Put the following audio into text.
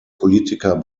politiker